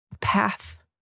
path